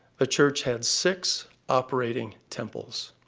the church had six operating temples.